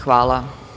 Hvala.